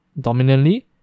dominantly